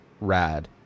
rad